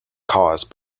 caused